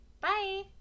Bye